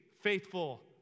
faithful